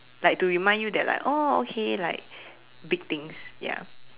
like to remind you that like oh okay like big things ya